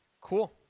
Cool